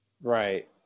Right